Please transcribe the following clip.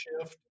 shift